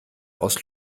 aus